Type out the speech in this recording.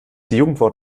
jugendwort